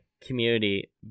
community